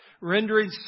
rendering